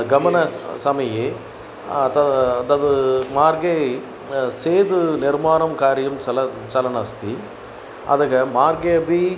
गमनसमये अत दग् मार्गे सेतुनिर्माणकार्यं चल चलन् अस्ति अधः मार्गे अपि